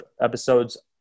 episodes